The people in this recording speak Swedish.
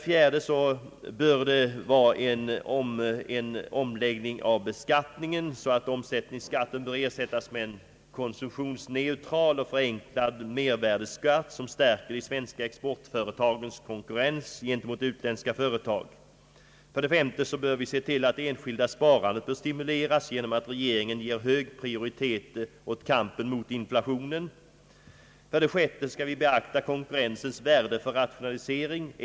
4) En omläggning av beskattningen bör företas, så att omsättningsskatten ersättes med en konsumtionsneutral och förenklad mervärdeskatt, som stärker de svenska exportföretagens konkurrenskraft gentemot utländska företag. 3) Det enskilda sparandet bör stimuleras genom att regeringen ger hög prioritet åt kampen mot inflationen. 6) Konkurrensens värde för rationalisering bör beaktas.